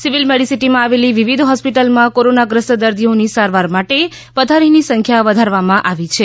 civil મેડિસીટીમાં આવેલી વિવિધ હોસ્પિટલમાં કોરોનાગ્રસ્ત દર્દીઓની સારવાર માટે પથારીની સંખ્યા વધારવામાં આવી છે